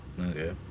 Okay